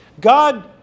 God